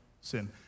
sin